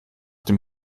dem